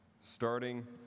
starting